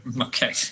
Okay